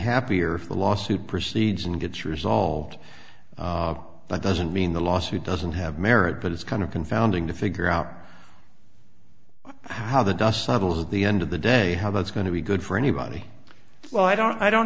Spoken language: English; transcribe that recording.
happier if a lawsuit proceeds and gets resolved that doesn't mean the lawsuit doesn't have merit but it's kind of confounding to figure out how the dust settles at the end of the day how that's going to be good for anybody well i don't i don't